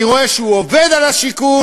אני רואה שהוא עובד על השיכון,